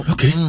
Okay